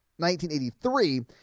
1983